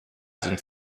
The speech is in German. sind